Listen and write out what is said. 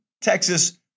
Texas